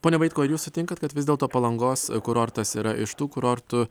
pone vaitkau ar jūs sutinkat kad vis dėlto palangos kurortas yra iš tų kurortų